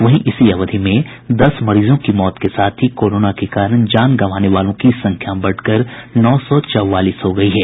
वहीं इसी अवधि में दस मरीजों की मौत के साथ ही कोरोना के कारण जान गंवाने वालों की संख्या बढ़कर नौ सौ चौवालीस हो गयी है